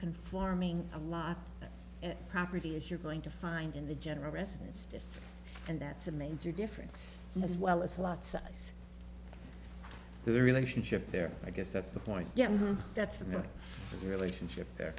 conforming a lot of property as you're going to find in the general residence just and that's a major difference as well as a lot size the relationship there i guess that's the point yes that's the relationship there